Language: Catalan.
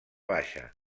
baixa